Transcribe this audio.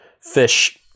fish